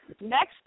Next